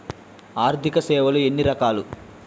ఆర్థిక సేవలు ఎన్ని రకాలు?